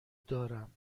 دارم